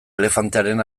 elefantearen